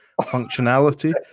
functionality